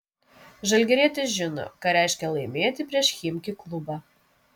žalgirietis žino ką reiškia laimėti prieš chimki klubą